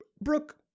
Brooke